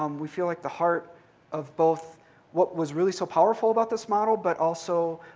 um we feel like, the heart of both what was really so powerful about this model but also